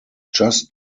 just